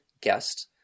Guest